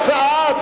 אבל זו הרצאה,